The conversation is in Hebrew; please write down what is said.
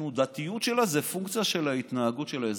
התנודתיות שלה זה גם פונקציה של ההתנהגות של האזרחים,